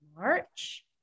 March